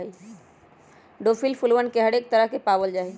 daffodil फूलवन के हरेक तरह के पावल जाहई